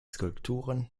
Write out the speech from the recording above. skulpturen